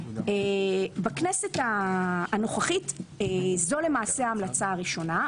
בכנסת הנוכחית, זו למעשה ההמלצה הראשונה.